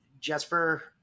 Jesper